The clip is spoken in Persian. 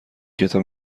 کتاب